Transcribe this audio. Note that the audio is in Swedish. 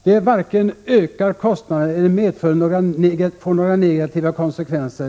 Det varken ökar kostnaderna eller får några andra negativa konsekvenser.